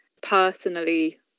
personally